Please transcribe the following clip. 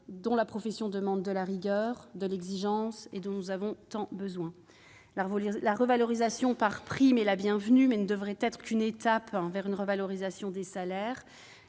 de santé, qui demandent rigueur et exigence et dont nous avons tant besoin. La revalorisation par prime est la bienvenue, mais elle ne devrait être qu'une étape vers la revalorisation des salaires.